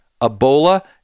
Ebola